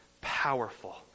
powerful